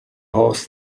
horse